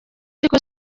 ariko